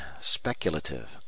speculative